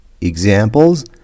Examples